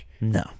no